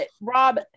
rob